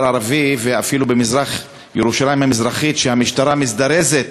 הערבי ואפילו בירושלים המזרחית שהמשטרה מזדרזת